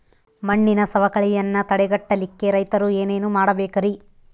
ಮಣ್ಣಿನ ಸವಕಳಿಯನ್ನ ತಡೆಗಟ್ಟಲಿಕ್ಕೆ ರೈತರು ಏನೇನು ಮಾಡಬೇಕರಿ?